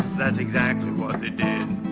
that's exactly what they did.